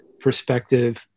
perspective